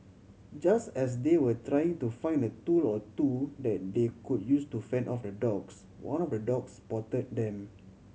just as they were trying to find a tool or two that they could use to fend off the dogs one of the dogs spot them